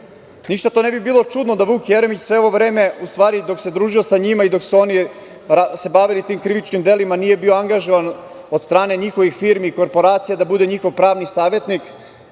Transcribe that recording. to ne bi bilo čudno da Vuk Jeremić sve ovo vreme, u stvari, dok se družio sa njima i dok su se oni bavili tim krivičnim delima nije bio angažovan od strane njihovih firmi i korporacija da bude njihov pravni savetnik